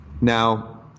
Now